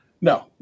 no